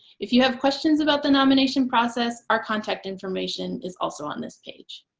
if you have questions about the nomination process our contact information is also on this page.